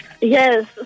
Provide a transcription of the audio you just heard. Yes